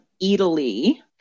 Italy